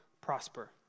prosper